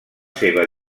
seva